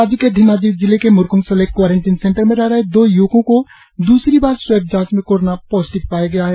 राज्य के धेमाजी जिले के म्रकोंग सेलेक क्वारेंटिन सेंटर में रह रहे है दो य्वकों को दूसरी बार स्वैब जांच में कोरोना पॉजिटिव पाया गया है